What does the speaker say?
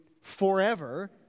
forever